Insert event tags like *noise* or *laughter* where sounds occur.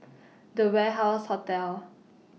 *noise* The Warehouse Hotel